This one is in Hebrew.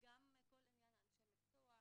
וזאת תמונת המצב.